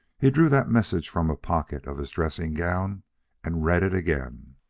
he drew that message from a pocket of his dressing gown and read it again